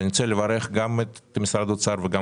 אני רוצה לברך גם את משרד האוצר וגם